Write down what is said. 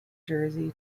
jersey